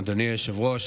אדוני היושב-ראש,